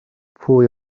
pwy